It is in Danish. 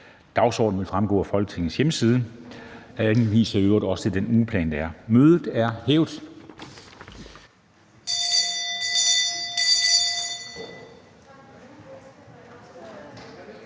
Dagsordenen vil fremgå af Folketingets hjemmeside. Jeg henviser i øvrigt også til den ugeplan, der fremgår af